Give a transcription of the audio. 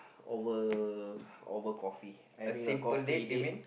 over over coffee having a coffee date